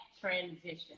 transition